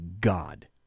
God